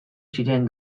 ziren